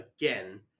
again